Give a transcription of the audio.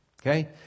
Okay